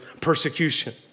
persecution